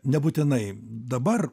nebūtinai dabar